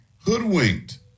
hoodwinked